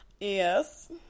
Yes